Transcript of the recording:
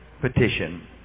Petition